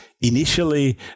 initially